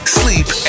sleep